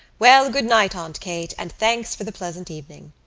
well, good-night, aunt kate, and thanks for the pleasant evening.